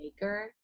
Maker